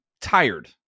tired